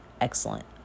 Excellent